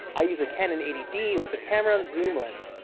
i use a canon eighty d with the camera on zoom lens.